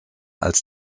als